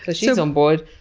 ah she's on board.